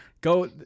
go